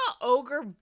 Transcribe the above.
ogre